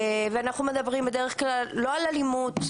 ואנחנו מדברים בדרך כלל לא על אלימות,